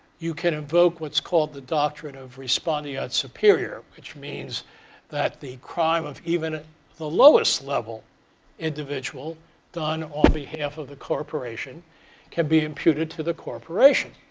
you can invoke what's called the doctrine of respondeat yeah superior, which means that the crime of even the lowest level individual done on behalf of the corporation can be imputed to the corporation.